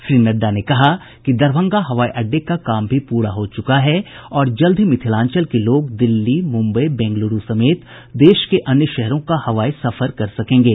श्री नड्डा ने कहा कि दरभंगा हवाई अड्डे का काम भी पूरा हो चुका है और जल्द ही मिथिलांचल के लोग दिल्ली मुम्बई बेंगलुरू समेत देश के अन्य शहरों का हवाई सफर कर सकेंगे